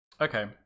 Okay